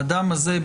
האדם הזה,